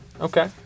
Okay